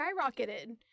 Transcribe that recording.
skyrocketed